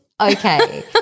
okay